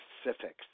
specifics